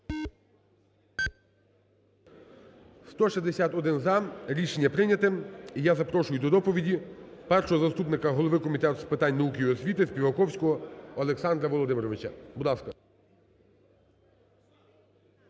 За-161 Рішення прийняте. І я запрошую до доповіді першого заступника голови Комітету з питань науки і освіти Співаковського Олександра Володимировича, будь ласка.